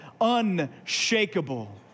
unshakable